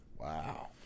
Wow